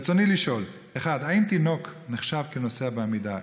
רצוני לשאול: 1. האם תינוק נחשב לנוסע בעמידה?